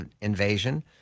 invasion